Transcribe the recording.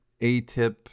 ATIP